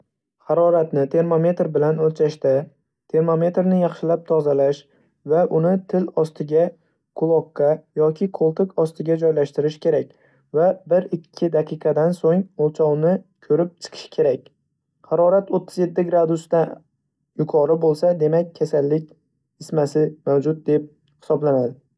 Haroratni termometr bilan o'lchashda termometrni yaxshilab tozalash va uni til ostiga, quloqqa yoki qo'ltiq ostiga joylashtirish kerak va bir-ikki daqiqadan so'ng o'lchovni ko'rib chiqish kerak. Harorat o'ttiz yetti gradusdan yuqori demak kasallik istmasi mavjud deb hisoblanadi.